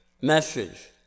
message